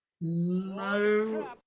No